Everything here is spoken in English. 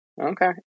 Okay